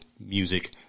music